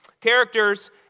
Characters